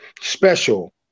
special